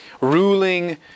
ruling